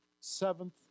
seventh